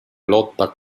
lotta